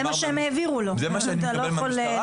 זה מה שאני מקבל מהמשטרה,